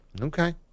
Okay